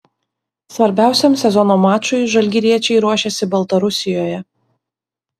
svarbiausiam sezono mačui žalgiriečiai ruošiasi baltarusijoje